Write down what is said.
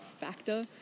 factor